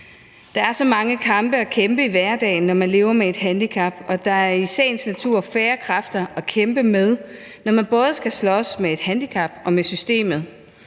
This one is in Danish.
Der er så mange kampe at kæmpe i hverdagen, når man lever med et handicap, og der er i sagens natur færre kræfter at kæmpe med, når man både skal slås med et handicap og med systemet,